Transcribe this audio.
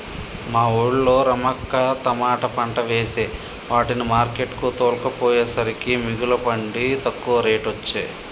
మా వూళ్ళో రమక్క తమాట పంట వేసే వాటిని మార్కెట్ కు తోల్కపోయేసరికే మిగుల పండి తక్కువ రేటొచ్చె